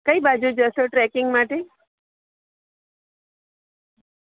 કઈ બાજુ જશો ટ્રેકિંગ માટે